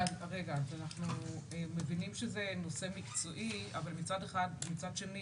אז אנחנו מבינים שזה נושא מקצועי, אבל מצד שני